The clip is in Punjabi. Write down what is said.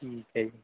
ਠੀਕ ਹੈ ਜੀ